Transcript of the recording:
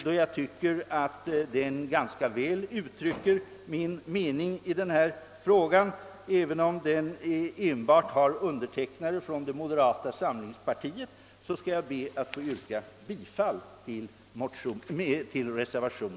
Då jag tycker att reservationen ganska väl uttrycker min me ning i frågan, även om den enbart har undertecknare från moderata samlingspartiet, skall jag be att få yrka bifall till den.